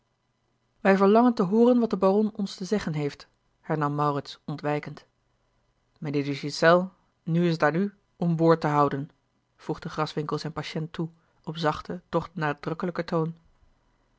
wij verlangen te hooren wat de baron ons te zeggen heeft hernam maurits ontwijkend mijnheer de ghiselles nu is t aan u om woord te houden voegde graswinckel zijn patiënt toe op zachten doch nadrukkelijken toon